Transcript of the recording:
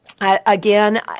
Again